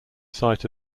site